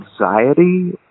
anxiety